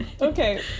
Okay